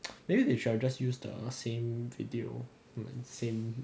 maybe they should have just use the same video then same